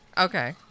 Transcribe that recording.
Okay